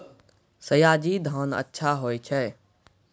सयाजी धान अच्छा होय छै?